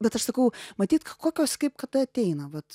bet aš sakau matyt kokios kaip kada ateina vat